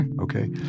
okay